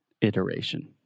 Iteration